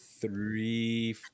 three